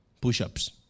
push-ups